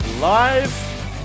live